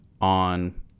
on